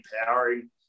empowering